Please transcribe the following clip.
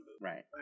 right